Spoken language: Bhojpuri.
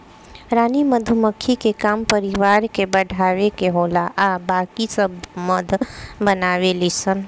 रानी मधुमक्खी के काम परिवार के बढ़ावे के होला आ बाकी सब मध बनावे ली सन